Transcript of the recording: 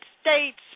States